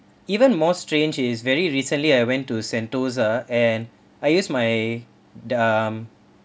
even more strange is very recently I went to sentosa and I use my um